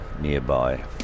nearby